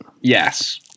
yes